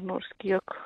nors kiek